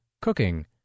cooking